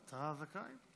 אתה זכאי.